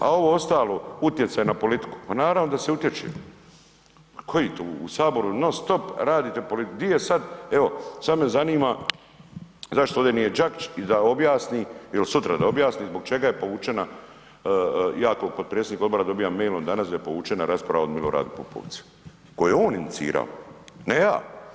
A ovo ostalo utjecaj na politiku, pa naravno da se utječe, pa koji to u Saboru non stop radite, di je sad, evo, sad me zanima zašto ovdje nije Đakić i da objasni ili sutra da objasni zbog čega je povučena, ja kao potpredsjednik odbora dobivam mailom danas da je povučena rasprava o Miloradu Pupovcu, koju je on inicirao, ne ja.